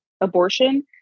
abortion